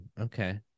Okay